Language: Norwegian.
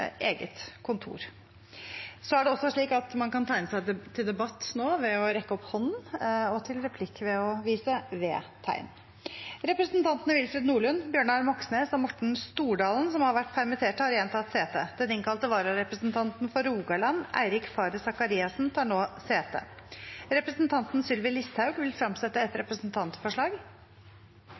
eget kontor. Det er også slik at man nå kan tegne seg til debatt ved å rekke opp hånden, og til replikk ved å vise V-tegn. Representantene Willfred Nordlund , Bjørnar Moxnes og Morten Stordalen , som har vært permitterte, har igjen tatt sete. Den innkalte vararepresentanten for Rogaland, Eirik Faret Sakariassen , tar nå sete. Representanten Sylvi Listhaug vil fremsette et representantforslag.